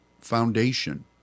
foundation